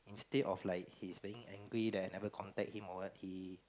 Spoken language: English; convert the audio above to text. instead of like he is being angry that I never contact him or what he